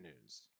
news